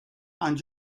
and